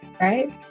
right